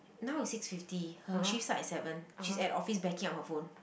now is six fifty her shift starts at seven she's at office backing up her phone